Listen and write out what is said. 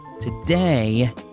today